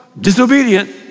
Disobedient